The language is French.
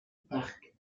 park